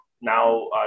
Now